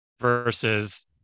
versus